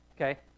Okay